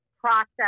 process